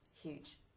huge